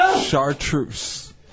Chartreuse